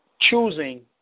choosing